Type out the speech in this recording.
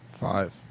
Five